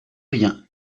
rien